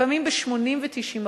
לפעמים ב-80% ו-90%.